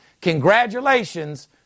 congratulations